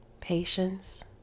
patience